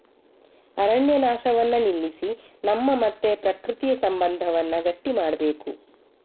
ಅರಣ್ಯ ನಾಶವನ್ನ ನಿಲ್ಲಿಸಿ ನಮ್ಮ ಮತ್ತೆ ಪ್ರಕೃತಿಯ ಸಂಬಂಧವನ್ನ ಗಟ್ಟಿ ಮಾಡ್ಬೇಕು